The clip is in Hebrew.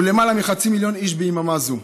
ולמעלה מ-0.5 מיליון איש ביממה זו.